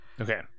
Okay